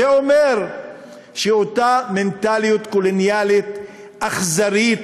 זה אומר שאותה מנטליות קולוניאלית אכזרית,